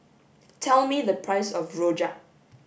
tell me the price of rojak